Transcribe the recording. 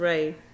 Right